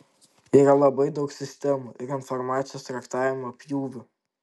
yra labai daug sistemų ir informacijos traktavimo pjūvių